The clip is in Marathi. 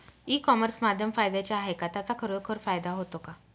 ई कॉमर्स माध्यम फायद्याचे आहे का? त्याचा खरोखर फायदा होतो का?